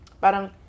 parang